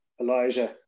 Elijah